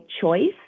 choice